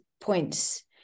points